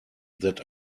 that